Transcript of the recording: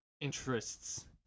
interests